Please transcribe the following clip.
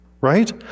right